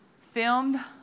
Filmed